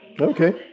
Okay